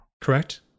correct